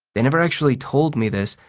they never actually told me this,